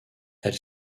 elle